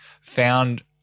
found